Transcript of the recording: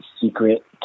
secret